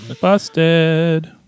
Busted